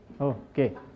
Okay